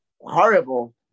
horrible